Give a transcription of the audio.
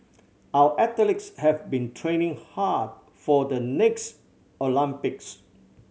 our athletes have been training hard for the next Olympics